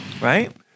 Right